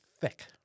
thick